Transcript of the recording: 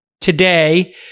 today